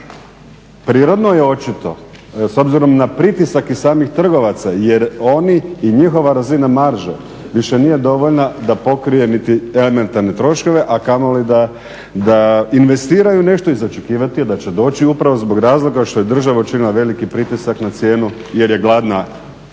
prirodno je očito s obzirom na pritisak i samih trgovaca jer oni i njihova razina marže više nije dovoljna da pokrije niti te elementarne troškove, a kamoli da investiraju nešto i za očekivati je da će doći upravo zbog razloga što je država učinila veliki pritisak na cijenu jer je gladna prihoda